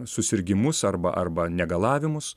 susirgimus arba arba negalavimus